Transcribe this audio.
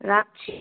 রাখছি